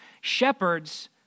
Shepherds